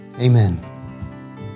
Amen